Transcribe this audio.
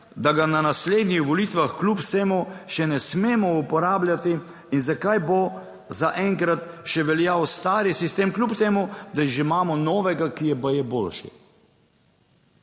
da ga na naslednjih volitvah kljub vsemu še ne smemo uporabljati in zakaj bo zaenkrat še veljal stari sistem, kljub temu, da že imamo novega, ki je baje boljši.